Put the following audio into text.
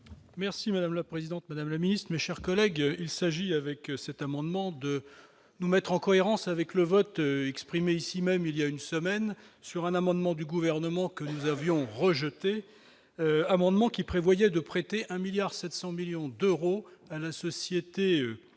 Merci madame la présidente, Madame la Ministre, mes chers collègues, il s'agit avec cet amendement, de nous mettre en cohérence avec le vote exprimé ici même il y a une semaine sur un amendement du gouvernement que nous avions rejeté amendement qui prévoyait de prêter 1 milliard 700 millions d'euros, la société qui